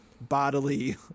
bodily